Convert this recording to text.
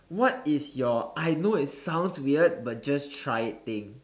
what is your I know it sounds weird but just try it thing